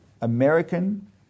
American